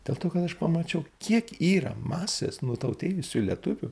dėl to kad aš pamačiau kiek yra masės nutautėjusių lietuvių